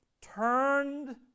turned